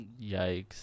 Yikes